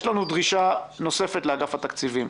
יש לנו דרישה נוספת לאגף התקציבים.